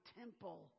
temple